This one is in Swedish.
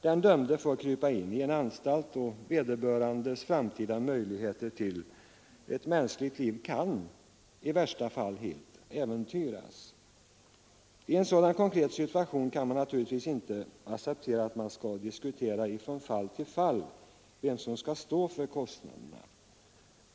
Den dömde får krypa in i en anstalt, och vederbörandes framtida möjligheter till ett mänskligt liv kan i värsta fall helt äventyras. I en sådan konkret situation kan man naturligtvis inte acceptera att det skall diskuteras från fall till fall vem som skall stå för kostnaderna.